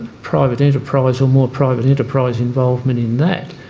private enterprise and more private enterprise involvement in that,